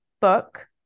book